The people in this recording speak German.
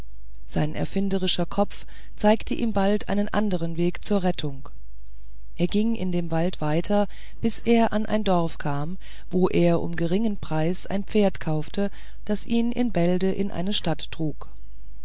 sein erfinderischer kopf zeigte ihm bald einen andern weg zur rettung er ging in dem wald weiter bis er an ein dorf kam wo er um geringen preis ein pferd kaufte das ihn in bälde in eine stadt trug